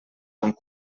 amb